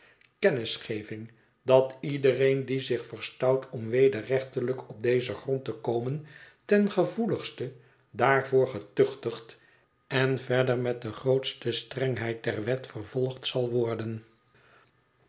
kennisgeving dat iedereen die zich verstout om wederrechtelijk op dezen grond te komen ten gevoeligste daarvoor getuchtigd en verder met de grootste strengheid der wet vervolgd zal worden